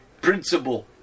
principle